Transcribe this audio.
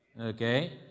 Okay